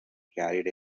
carried